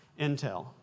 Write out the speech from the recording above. intel